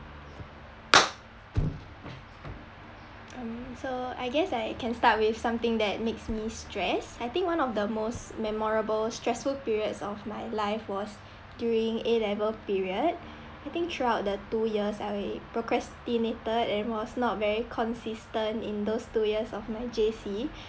um so I guess I can start with something that makes me stressed I think one of the most memorable stressful periods of my life was during A'level period I think throughout the two years I procrastinated and was not very consistent in those two years of my J_C